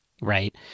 Right